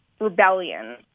rebellion